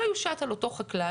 לא יושת על אותו חקלאי,